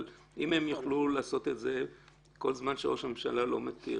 אבל אם הם יוכלו לעשות את זה כל זמן שראש הממשלה לא מתיר,